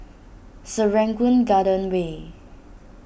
Serangoon Garden Way